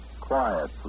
Quiet